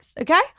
okay